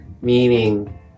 meaning